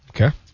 Okay